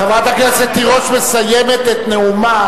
חברת הכנסת תירוש מסיימת את נאומה,